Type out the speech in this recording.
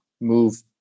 move